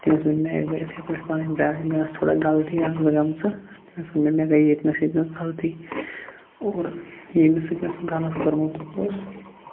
تٔمِس ؤنۍ مےٚ اکہِ دۄہ یِتھٔے پٲٹھۍ پَنٕنۍ پرٛابلِم مےٚ آسہٕ تھوڑا غلطی اکھ زٕ گٔمژٕ مےٚ تٔمِس ووٚن مےٚ مےٚ گٔے ییٚتہِ نَس ییٚتہِ نَس غلطی اور ییٚمِس سۭتۍ مےٚ سُہ غلط کوٚرمُت اوس